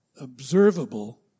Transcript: observable